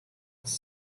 its